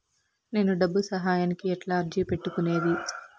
నేను డబ్బు సహాయానికి ఎట్లా అర్జీ పెట్టుకునేది?